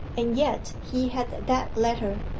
and yet he had that letter.